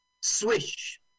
Swish